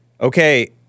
Okay